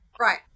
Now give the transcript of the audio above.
Right